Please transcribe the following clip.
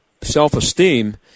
self-esteem